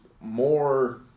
more